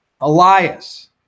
Elias